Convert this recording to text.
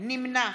נמנע